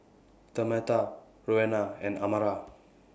Tamatha Roena and Amara